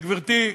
גברתי,